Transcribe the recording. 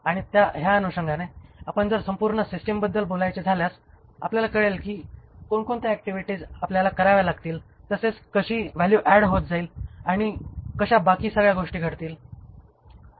आणि ह्या अनुषंगाने आपण जर संपूर्ण सिस्टिम बद्दल बोलायचे झाल्यास आपल्याला कळेल कि कोणकोणत्या ऍक्टिव्हिटीज आपल्याला कराव्या लागतील तसेच कशी व्हॅल्यू ऍड होत जाईल आणि कशा बाकी सगळ्या गोष्टी घडतील